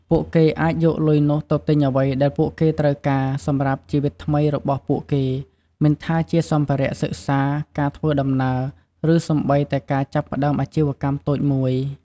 ពួកគេអាចយកលុយនោះទៅទិញអ្វីដែលពួកគេត្រូវការសម្រាប់ជីវិតថ្មីរបស់ពួកគេ មិនថាជាសម្ភារៈសិក្សា ការធ្វើដំណើរ ឬសូម្បីតែការចាប់ផ្តើមអាជីវកម្មតូចមួយ។